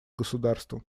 государством